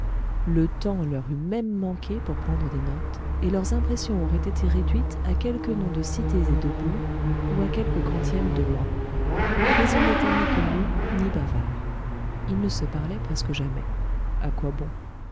le temps leur eût même manqué pour prendre des notes et leurs impressions auraient été réduites à quelques noms de cités et de bourgs ou à quelques quantièmes de mois mais ils n'étaient ni curieux ni bavards ils ne se parlaient presque jamais a quoi bon